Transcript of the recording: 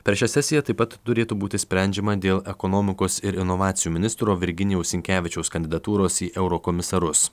per šią sesiją taip pat turėtų būti sprendžiama dėl ekonomikos ir inovacijų ministro virginijaus sinkevičiaus kandidatūros į eurokomisarus